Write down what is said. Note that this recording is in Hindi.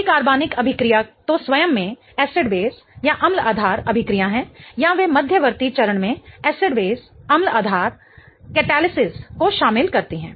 कई कार्बनिक अभिक्रिया तो स्वयं में एसिड बेस अम्ल आधार अभिक्रिया हैं या वे मध्यवर्ती चरण में एसिड बेस अम्ल आधार कटैलिसीस को शामिल करती हैं